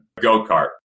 go-kart